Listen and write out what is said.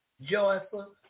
joyful